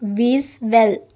visual